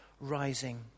rising